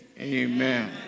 amen